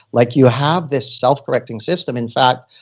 like you have this self-correcting system. in fact,